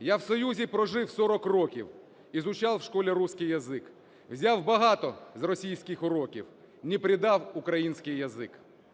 Я в Союзі прожив сорок років, изучал в школе русский язык. Взяв багато з російських уроків, не предав украинский язык.